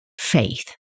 faith